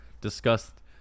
discussed